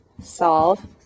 solve